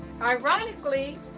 ironically